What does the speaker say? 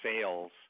sales